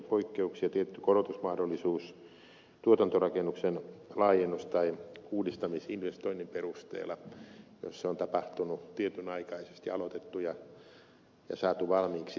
tietty korotusmahdollisuus tuotantorakennuksen laajennus tai uudistamisinvestoinnin perusteella jos se on tapahtunut tietynaikaisesti on aloitettu ja saatu valmiiksi tietynaikaisesti